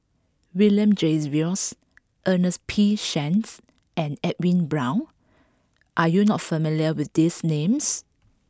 William Jervois Ernest P Shanks and Edwin Brown are you not familiar with these names